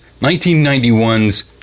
1991's